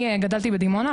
אני גדלתי בדימונה,